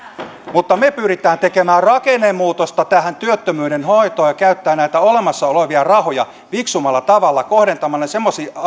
mutta me pyrimme tekemään rakennemuutosta tähän työttömyyden hoitoon ja käyttämään näitä olemassa olevia rahoja fiksummalla tavalla kohdentamalla ne semmoisiin